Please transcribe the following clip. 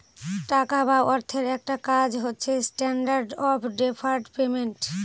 টাকা বা অর্থের একটা কাজ হচ্ছে স্ট্যান্ডার্ড অফ ডেফার্ড পেমেন্ট